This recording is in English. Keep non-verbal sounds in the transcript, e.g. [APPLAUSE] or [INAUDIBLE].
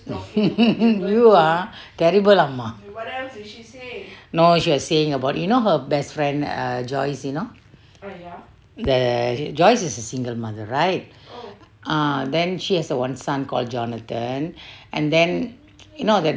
[LAUGHS] you are terrible amma no she was saying about you know her best friend joyce you know the joyce is a single mother right then she has one son called jonathan and then you know that